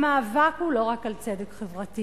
והמאבק הוא לא רק על צדק חברתי,